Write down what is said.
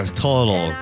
total